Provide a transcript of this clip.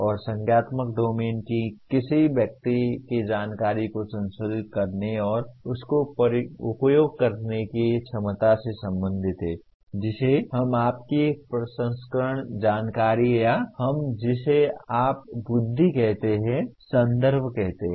और संज्ञानात्मक डोमेन किसी व्यक्ति की जानकारी को संसाधित करने और उसका उपयोग करने की क्षमता से संबंधित है जिसे हम आपकी प्रसंस्करण जानकारी या हम जिसे आप बुद्धि कहते हैं संदर्भ संदर्भ कहते हैं